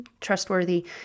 trustworthy